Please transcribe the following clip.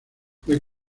fue